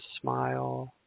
smile